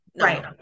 right